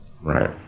Right